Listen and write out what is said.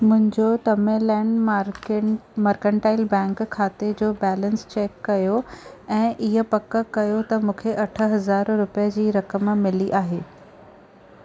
मुंहिंजो तमिलनैड मार्केन mercantile bank खाते जो बैलेंस चेक कयो ऐं हीअ पक कयो त मूंखे अठ हज़ार रुपिये जी रक़म मिली आहे